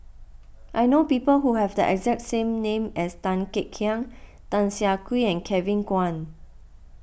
I know people who have the exact same name as Tan Kek Hiang Tan Siah Kwee and Kevin Kwan